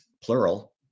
plural